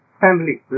family